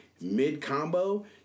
Mid-combo